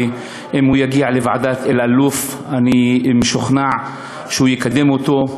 ואם הוא יגיע לוועדת אלאלוף אני משוכנע שהוא יקדם אותו,